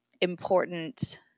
important